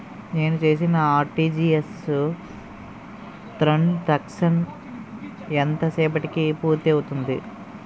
నేను చేసిన RTGS transaction ఎంత సేపటికి పూర్తి అవుతుంది?